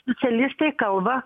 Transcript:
specialistai kalba